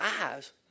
eyes